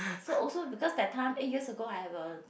so also because that time eight years ago I have a